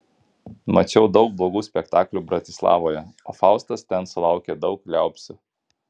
mačiau daug blogų spektaklių bratislavoje o faustas ten sulaukė daug liaupsių